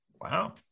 Wow